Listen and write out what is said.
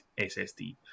ssd